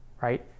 right